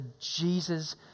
Jesus